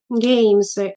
games